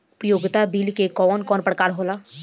उपयोगिता बिल के कवन कवन प्रकार होला?